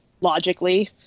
logically